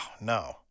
no